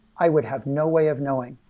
i would have no way of knowing,